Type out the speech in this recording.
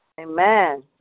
Amen